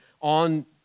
on